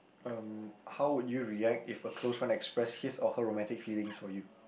um how would you react if a close friend express his or her romantic feelings for you